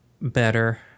better